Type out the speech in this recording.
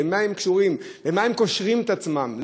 במה הם קשורים, במה הם קושרים את עצמם?